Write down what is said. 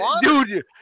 dude